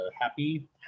Happy